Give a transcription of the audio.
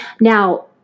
now